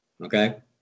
Okay